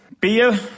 Beer